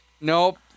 Nope